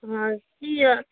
ꯑꯥ ꯁꯤ